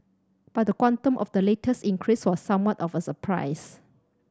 but the quantum of the latest increase was somewhat of a surprise